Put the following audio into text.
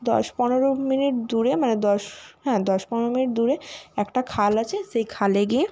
দশ পনেরো মিনিট দূরে মানে দশ হ্যাঁ দশ পনেরো মিনিট দূরে একটা খাল আছে সেই খালে গিয়ে